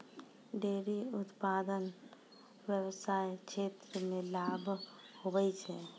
dairy उप्तादन व्याबसाय क्षेत्र मे लाभ हुवै छै